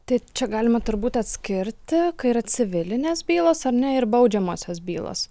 tai čia galima turbūt atskirti kai yra civilinės bylos ar ne ir baudžiamosios bylos